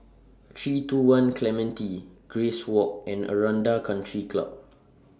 three two one Clementi Grace Walk and Aranda Country Club